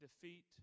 defeat